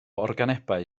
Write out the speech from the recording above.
organebau